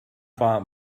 war